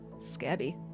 Scabby